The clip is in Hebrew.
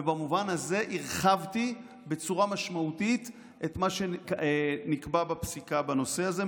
ובמובן הזה הרחבתי בצורה משמעותית את מה שנקבע בפסיקה בנושא הזה,